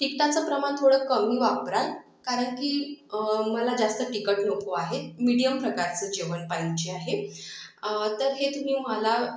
तिखटाचं प्रमाण थोडं कमी वापराल कारण की मला जास्त तिखट नको आहे मिडियम प्रकारचं जेवण पाहिजे आहे तर हे तुम्ही मला